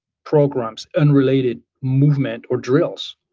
programs, unrelated movement or drills